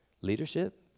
leadership